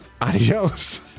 Adios